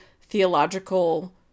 theological